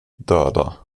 döda